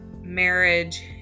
marriage